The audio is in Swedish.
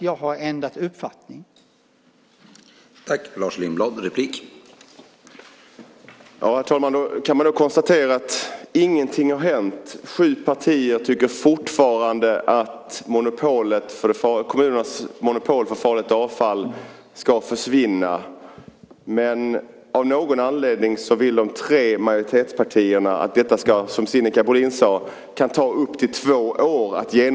Jag har inte ändrat uppfattning i sakfrågan.